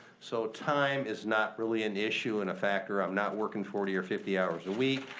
so time is not really an issue and a factor. i'm not working forty or fifty hours a week.